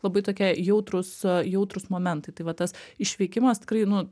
labai tokie jautrūs jautrūs momentai tai va tas išvykimas tikrai nu